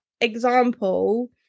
example